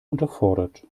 unterfordert